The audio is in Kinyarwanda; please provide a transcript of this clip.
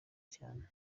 cyane